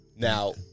Now